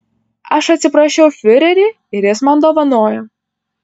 aš atsiprašiau fiurerį ir jis man dovanojo